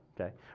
Okay